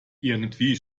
irgendwie